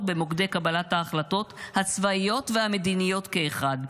במוקדי קבלת ההחלטות הצבאיות והמדיניות כאחד.